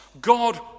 God